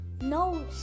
no